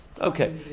Okay